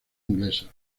inglesa